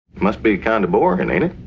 must be kind of boring, and ain't it?